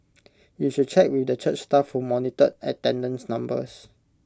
you should check with the church staff who monitored attendance numbers